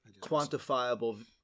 quantifiable